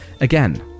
again